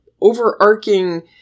overarching